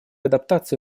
адаптации